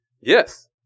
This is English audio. Yes